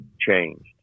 changed